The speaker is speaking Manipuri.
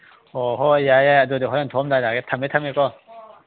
ꯑꯣ ꯍꯣꯏ ꯌꯥꯏ ꯌꯥꯏ ꯑꯗꯨꯗꯤ ꯊꯣꯛꯑꯝꯗꯥꯏꯗ ꯍꯥꯏꯒꯦ ꯊꯝꯃꯦ ꯊꯝꯃꯦꯀꯣ